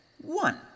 One